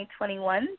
2021